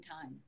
time